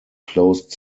closed